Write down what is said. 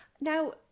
now